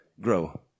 grow